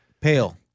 Pale